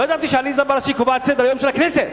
לא ידעתי שעליזה בראשי קובעת את סדר-היום של הכנסת.